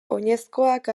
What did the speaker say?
oinezkoak